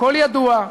הכול ידוע.